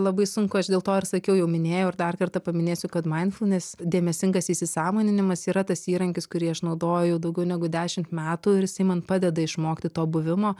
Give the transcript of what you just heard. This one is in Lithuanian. labai sunku aš dėl to ir sakiau jau minėjau ir dar kartą paminėsiu kad mindfulness dėmesingas įsisąmoninimas yra tas įrankis kurį aš naudoju daugiau negu dešimt metų ir jisai man padeda išmokti to buvimo